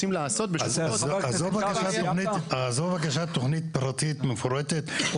רוצים לעשות --- אז זו בקשת תוכנית פרטית מפורטת,